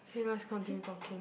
K let's continue talking